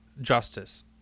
Justice